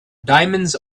diamonds